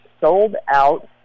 sold-out